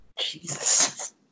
Jesus